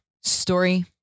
Story